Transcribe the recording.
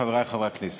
חברי חברי הכנסת,